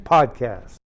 Podcast